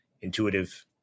intuitive